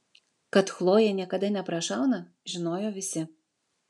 kad chlojė niekada neprašauna žinojo visi